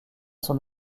son